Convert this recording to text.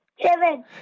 Seven